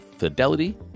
fidelity